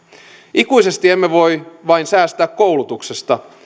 ikuisesti emme voi vain säästää koulutuksesta